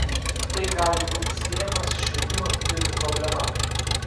tai gali būti siejama su švietimo lyderių problema